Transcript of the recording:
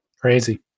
Crazy